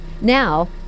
Now